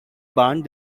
band